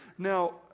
Now